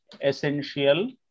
essential